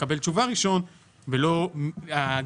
יקבל תשובה ראשון ולא הגודל.